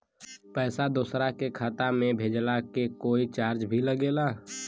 पैसा दोसरा के खाता मे भेजला के कोई चार्ज भी लागेला?